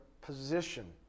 position